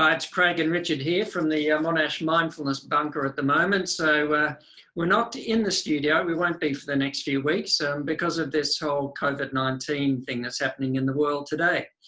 um it's craig and richard here from the ah monash mindfulness bunker at the moment so we're we're not in the studio and we won't be for the next few weeks because of this whole covid nineteen thing that's happening in the world today.